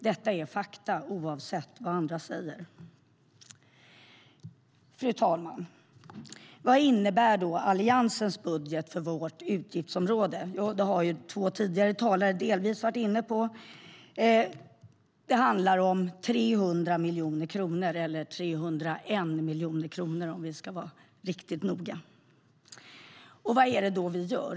Detta är fakta, oavsett vad andra säger. Fru talman! Vad innebär då Alliansens budget för vårt utgiftsområde? Två tidigare talare har delvis varit inne på det. Det handlar om 300 miljoner kronor - eller 301 miljoner kronor om vi ska vara riktigt noga. Vad är det då vi gör?